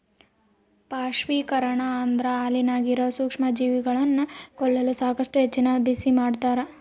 ಪಾಶ್ಚರೀಕರಣ ಅಂದ್ರ ಹಾಲಿನಾಗಿರೋ ಸೂಕ್ಷ್ಮಜೀವಿಗಳನ್ನ ಕೊಲ್ಲಲು ಸಾಕಷ್ಟು ಹೆಚ್ಚಿನ ಬಿಸಿಮಾಡ್ತಾರ